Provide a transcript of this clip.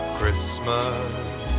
Christmas